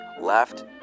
left